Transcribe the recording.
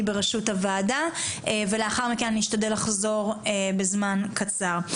ברשות הוועדה ולאחר מכן אני אשתדל לחזור בזמן קצר.